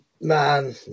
man